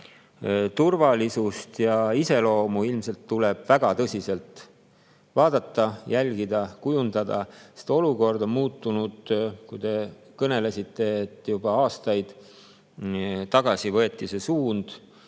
turvalisust ja iseloomu ilmselt tuleb väga tõsiselt vaadata, jälgida, kujundada. Olukord on muutunud. Te kõnelesite, et juba aastaid tagasi, seitse-kaheksa